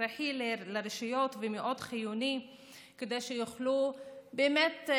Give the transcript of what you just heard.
הכרחי לרשויות ומאוד חיוני כדי שיוכלו באמת,